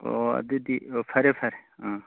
ꯑꯣ ꯑꯗꯨꯗꯤ ꯐꯔꯦ ꯐꯔꯦ ꯑꯥ